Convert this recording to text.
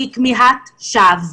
היא כמיהת שווא.